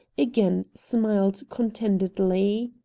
again smiled contentedly.